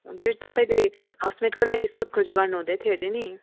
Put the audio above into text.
हजुर तपाईँले हाउस मेडको लागि सोध खोज गर्नु हुँदै थियो अरे नि